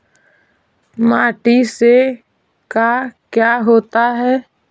माटी से का क्या होता है?